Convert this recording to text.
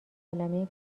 قلمه